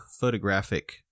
photographic